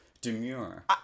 demure